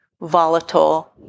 volatile